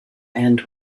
end